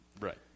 Right